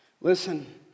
Listen